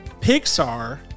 Pixar